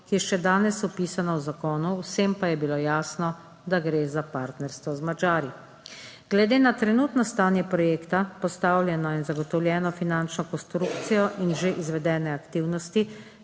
ki je še danes vpisano v zakonu. Vsem pa je bilo jasno, da gre za partnerstvo z Madžari. Glede na trenutno stanje projekta, postavljeno in zagotovljeno finančno konstrukcijo in že izvedene aktivnosti